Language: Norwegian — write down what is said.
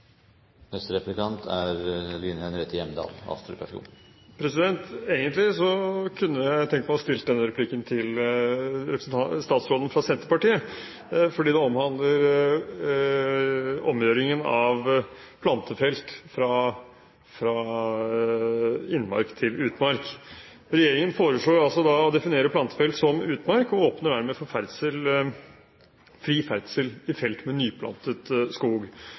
kunne jeg tenkt meg å stille denne replikken til statsråden fra Senterpartiet, fordi det omhandler omgjøringen av plantefelt fra innmark til utmark. Regjeringen foreslår å definere plantefelt som utmark, og åpner dermed for fri ferdsel i felt med nyplantet skog.